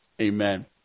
Amen